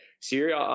Syria